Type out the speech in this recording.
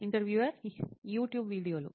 interviewer YouTube వీడియోలు